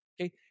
Okay